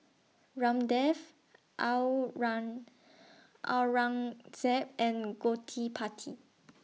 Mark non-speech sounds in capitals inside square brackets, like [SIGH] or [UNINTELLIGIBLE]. Ramdev [UNINTELLIGIBLE] Aurangzeb and Gottipati